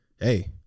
hey